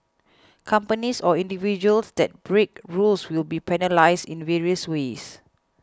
companies or individuals that break rules will be penalised in various ways